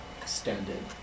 extended